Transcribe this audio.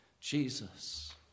Jesus